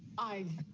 i